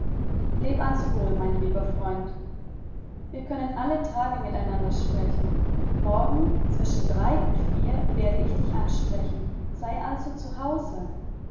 leb also wohl mein lieber freund wir können alle tage miteinander sprechen morgen zwischen drei und vier werde ich dich ansprechen sei